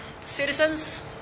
citizens